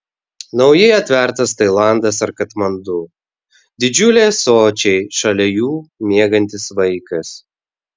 naujai atvertas tailandas ar katmandu didžiuliai ąsočiai šalia jų miegantis vaikas